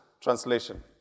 Translation